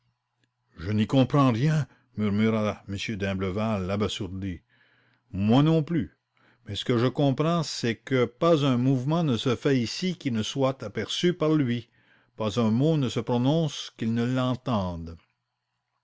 je n'y comprends rien murmura m d'imblevalle abasourdi mol non plus mais ce que je comprends c'est que pas un mouvement ne se fait ici qui ne soit aperçu par lui pas un mot ne se prononce sans qu'il ne l'entende